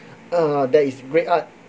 err there is great art